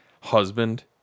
husband